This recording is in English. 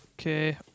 Okay